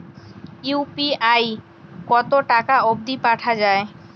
UPI কতো টাকা অব্দি পাঠা যায়?